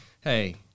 hey